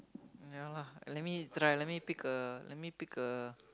ya lah let me try let me pick a let me pick a